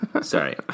Sorry